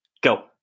Go